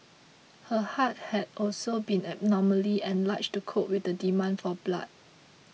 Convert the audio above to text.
her heart had also been abnormally enlarged to cope with the demand for blood